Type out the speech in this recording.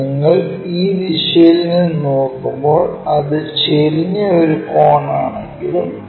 നിങ്ങൾ ഈ ദിശയിൽ നിന്ന് നോക്കുമ്പോൾ അത് ചെരിഞ്ഞ ഒരു കോണാണെങ്കിലും